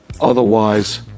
Otherwise